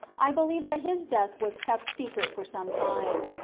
i believe that his death was kept secret for some time.